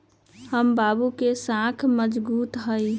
हमर बाबू के साख मजगुत हइ